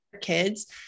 kids